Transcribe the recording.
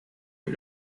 her